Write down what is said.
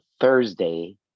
Thursday